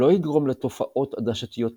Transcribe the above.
לא יגרום לתופעות עדשתיות משמעותיות,